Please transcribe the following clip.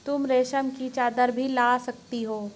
तुम रेशम की चद्दर भी ला सकती हो